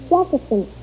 Jefferson